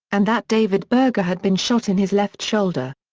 and that david berger had been shot in his left shoulder.